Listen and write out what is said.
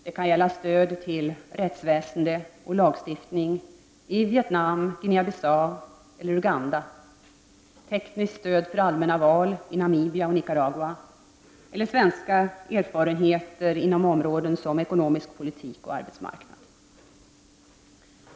Det kan gälla stöd till rättsväsende och lagstiftning i Vietnam, Guinea-Bissau eller Uganda, tekniskt stöd vid allmänna val i Namibia och Nicaragua eller svenska erfarenheter inom områden som ekonomisk politik och arbetsmarknad.